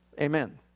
Amen